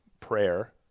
prayer